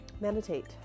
meditate